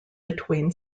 between